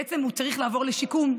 בעצם הוא צריך לעבור לשיקום,